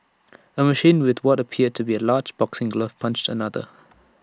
A machine with what appeared to be A large boxing glove punched another